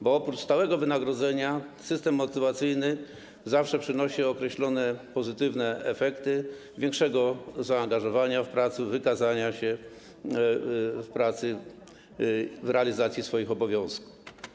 Bo oprócz stałego wynagrodzenia system motywacyjny zawsze przynosi określone pozytywne efekty większego zaangażowania w pracy, wykazania się w pracy, w realizacji swoich obowiązków.